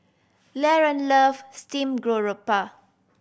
Laron love steamed garoupa